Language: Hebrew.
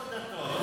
איפה דתות?